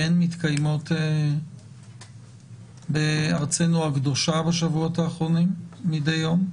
כמה בדיקות אנטיגן מתקיימות בארץ בשבועות האחרונים מדי יום?